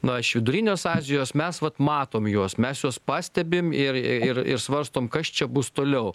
na iš vidurinės azijos mes vat matom juos mes juos pastebim ir ir svarstom kas čia bus toliau